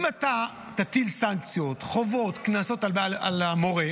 אם אתה תטיל סנקציות, חובות, קנסות על המורה,